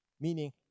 meaning